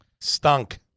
Stunk